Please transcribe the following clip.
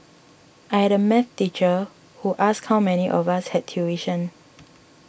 I had a math teacher who asked how many of us had tuition